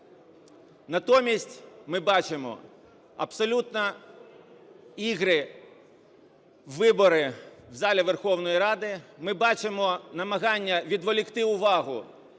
Натомість ми бачимо абсолютно ігри в вибори в залі Верховної Ради. Ми бачимо намагання відволікти увагу